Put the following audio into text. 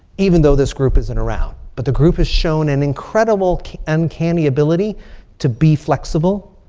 even though this group isn't around. but the group has shown an incredible uncanny ability to be flexible.